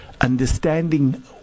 understanding